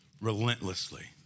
relentlessly